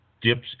dips